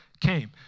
came